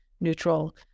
neutral